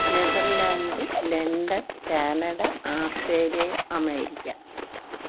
Netherlands London Canada Australia America